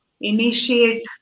Initiate